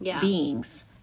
beings